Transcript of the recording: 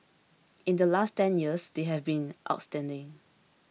in the last ten years they have been outstanding